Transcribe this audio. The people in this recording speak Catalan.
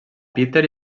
peter